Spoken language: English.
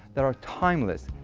that are timeless,